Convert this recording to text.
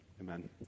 Amen